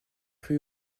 rue